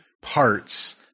parts